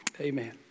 Amen